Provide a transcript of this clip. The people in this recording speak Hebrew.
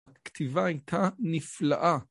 הכתיבה הייתה נפלאה.